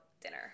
dinner